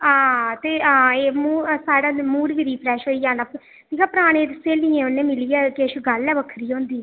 हां भी हां एह् मूं साढ़ा ते मूड बी रिफ्रैश होई जाना दिक्ख आं परानी स्हेलियें कन्नै मिलियै किश गल्ल गै बक्खरी होंदी